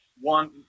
one